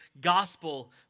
gospel